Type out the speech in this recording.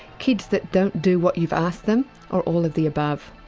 kids that don't do what you've asked them or all of the above?